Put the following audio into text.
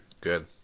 Good